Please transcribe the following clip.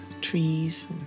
trees